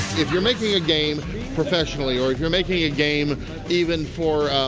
if you're making a game professionally, or if you're making a game even for,